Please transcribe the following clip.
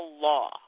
law